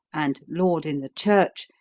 and laud in the church,